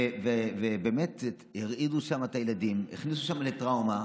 ובאמת הרעידו שם את הילדים, הכניסו שם לטראומה.